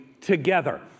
together